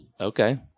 Okay